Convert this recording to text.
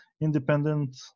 Independent